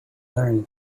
learn